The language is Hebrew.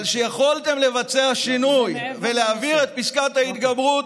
אבל כשיכולתם לבצע שינוי ולהעביר את פסקת ההתגברות,